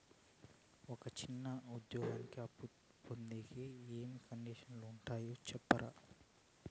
ఒక చిన్న ఉద్యోగి అప్పు పొందేకి ఏమేమి కండిషన్లు ఉంటాయో సెప్తారా?